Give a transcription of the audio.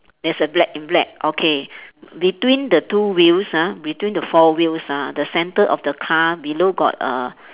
there's a black in black okay between the two wheels ah between the four wheels ah the centre of the car below got a